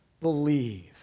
believe